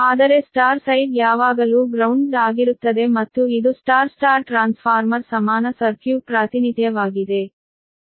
ಆದರೆ Y side ಯಾವಾಗಲೂ grounded ಆಗಿರುತ್ತದೆ ಮತ್ತು ಇದು Y Y ಟ್ರಾನ್ಸ್ಫಾರ್ಮರ್ ಸಮಾನ ಸರ್ಕ್ಯೂಟ್ ಪ್ರಾತಿನಿಧ್ಯವಾಗಿದೆ